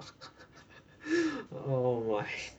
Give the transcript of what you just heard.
oh my